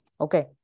Okay